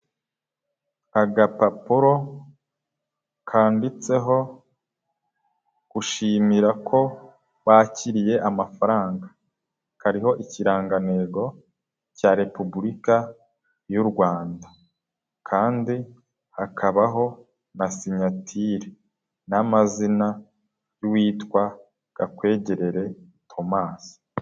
Agapapuro kanditseho gushimira ko bakiriye amafaranga, kariho ikirangantego cya repubulika y'u Rwanda kandi hakabaho na sinyatire n'amazina y'uwitwa Gakwegerere Tomasi.